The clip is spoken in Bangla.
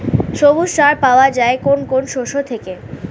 সবুজ সার পাওয়া যায় কোন কোন শস্য থেকে?